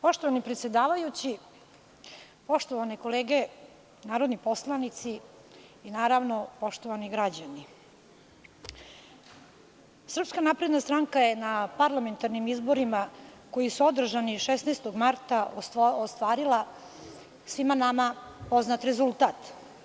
Poštovani predsedavajući, poštovane kolege narodni poslanici, poštovani građani, SNS je na parlamentarnim izborima, koji su održani 16. marta, ostvarila svima nama poznat rezultat.